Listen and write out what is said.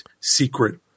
secret